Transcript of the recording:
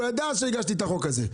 והוא ידע שהגשתי את החוק הזה.